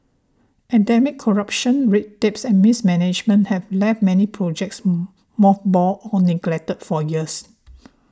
endemic corruption red tapes and mismanagement have left many projects mothballed or neglected for years